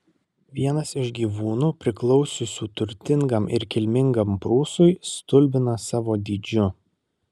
vienas iš gyvūnų priklausiusių turtingam ir kilmingam prūsui stulbina savo dydžiu